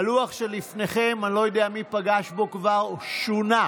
הלוח שלפניכם, אני לא יודע מי פגש בו כבר, שונה.